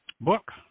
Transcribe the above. book